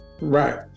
Right